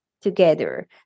together